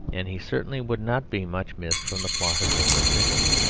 and he certainly would not be much missed from the plot of nicholas nickleby.